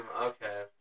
Okay